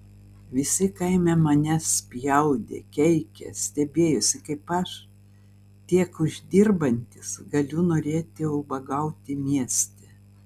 visi kaime mane spjaudė keikė stebėjosi kaip aš tiek uždirbantis galiu norėti ubagauti mieste